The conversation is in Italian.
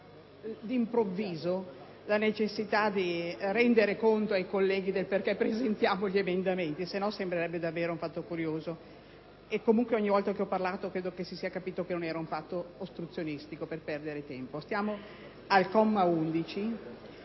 d’improvviso la necessitadi rendere conto ai colleghi del motivo per cui presentiamo gli emendamenti, altrimenti sembrerebbe davvero un fatto curioso presentarli. Comunque, ogni volta che ho parlato, credo si sia capito che non era un fatto ostruzionistico per perdere tempo. Il comma 11